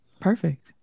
Perfect